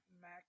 Mac